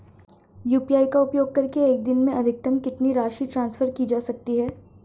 UPI का उपयोग करके एक दिन में अधिकतम कितनी राशि ट्रांसफर की जा सकती है?